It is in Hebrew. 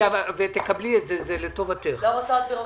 תקבלי את זה, זה לטובתך, מאי.